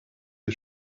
ihr